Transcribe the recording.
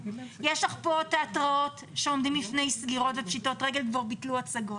יש לך פה תיאטראות שעומדים בפני סגירה ופשיטת רגל וכבר ביטלו הצגות,